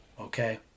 okay